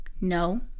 No